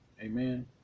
Amen